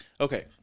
Okay